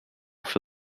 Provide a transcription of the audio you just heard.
for